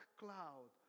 cloud